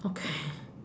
okay